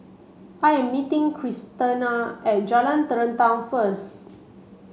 I am meeting Christena at Jalan Terentang first